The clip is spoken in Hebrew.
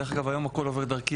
דרך אגב, היום הכול עובר דרכי.